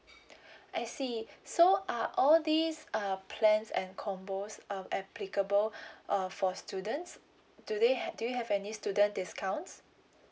I see so are all these err plans and combos um applicable uh for students do they ha~ do you have any student discounts